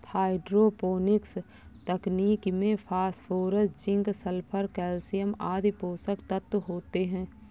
hydroponics तकनीक में phosphorus, zinc, sulphur, calcium आदि पोषक तत्व होते है